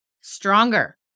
stronger